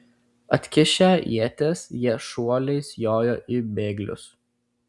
atkišę ietis jie šuoliais jojo į bėglius